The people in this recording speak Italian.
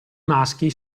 maschi